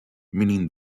meaning